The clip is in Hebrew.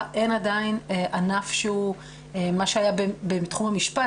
אין עדיין ענף שהוא מה שהיה בתחום המשפט,